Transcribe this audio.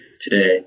today